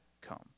come